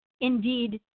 indeed